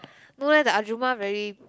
no leh the ajumma very